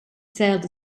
sailed